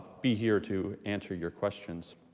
be here to answer your questions.